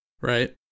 right